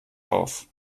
auf